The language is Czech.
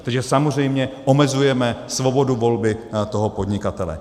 Takže samozřejmě omezujeme svobodu volby toho podnikatele.